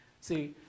See